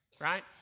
right